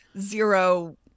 zero